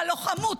הלוחמות,